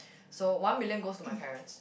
so one million goes to my parents